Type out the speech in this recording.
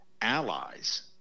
allies